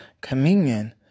communion